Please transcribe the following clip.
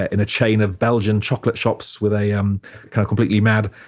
ah in a chain of belgian chocolate shops with a um kind of completely mad,